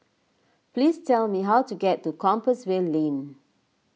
please tell me how to get to Compassvale Lane